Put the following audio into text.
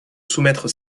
soumettre